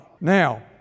Now